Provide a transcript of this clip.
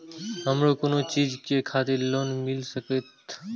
हमरो कोन चीज के खातिर लोन मिल संकेत?